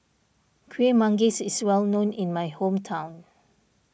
Kuih Manggis is well known in my hometown